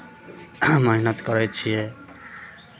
मेहनत करै छियै